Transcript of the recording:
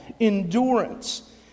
endurance